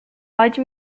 pode